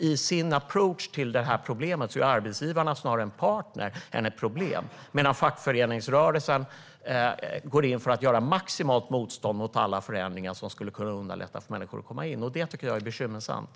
I sin approach till det här problemet är arbetsgivarna snarare en partner än ett problem, medan fackföreningsrörelsen går in för att göra maximalt motstånd mot alla förändringar som skulle kunna underlätta för människor att komma in. Det tycker jag är bekymmersamt.